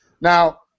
Now